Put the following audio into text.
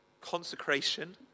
consecration